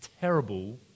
terrible